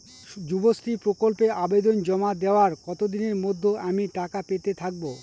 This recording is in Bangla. যুবশ্রী প্রকল্পে আবেদন জমা দেওয়ার কতদিনের মধ্যে আমি টাকা পেতে থাকব?